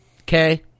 okay